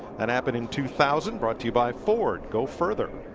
and happening two thousand, brought to you by ford, go further.